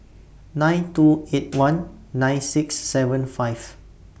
nine two eight one nine six seven five